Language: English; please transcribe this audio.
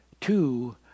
two